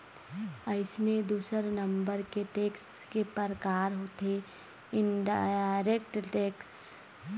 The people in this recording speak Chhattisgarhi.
अइसने दूसर नंबर के टेक्स के परकार होथे इनडायरेक्ट टेक्स